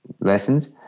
lessons